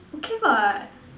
okay what